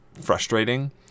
frustrating